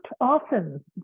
often